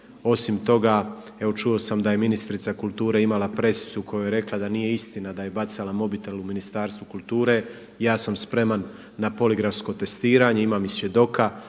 Osim toga, evo čuo sam da je ministrica kulture imala presicu u kojoj je rekla da nije istina da je bacala mobitel u Ministarstvu kulture. Ja sam spreman na poligrafsko testiranje, imam i svjedoka.